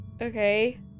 Okay